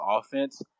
offense